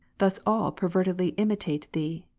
thus all pervertedly imitate thee,